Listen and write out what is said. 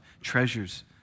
treasures